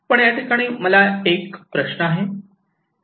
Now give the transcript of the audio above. पण या ठिकाणी मला एक प्रश्न आहे